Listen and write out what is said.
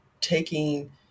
taking